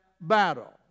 battle